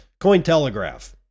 Cointelegraph